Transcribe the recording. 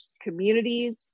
communities